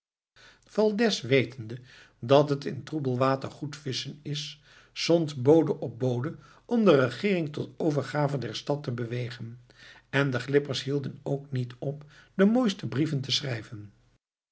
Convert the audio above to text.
valdez wetende dat het in troebel water goed visschen is zond bode op bode om de regeering tot overgave der stad te bewegen en de glippers hielden ook niet op de mooiste brieven te schrijven